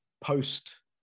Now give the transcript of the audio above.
post